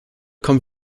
kommen